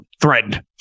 threatened